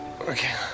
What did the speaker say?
okay